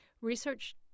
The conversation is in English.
research